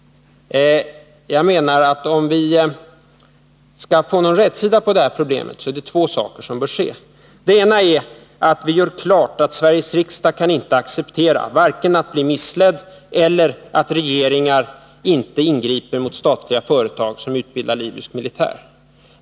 Jag menar att om vi skall få någon rätsida på det här problemet så är det två saker som bör ske: För det första bör vi göra klart för oss att Sveriges riksdag inte kan acceptera vare sig att bli missledd eller att regeringar inte ingriper mot statliga företag som utbildar libysk militär.